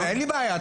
אין לי בעיה,